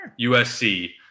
USC